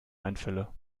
einfälle